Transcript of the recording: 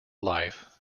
life